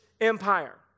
Empire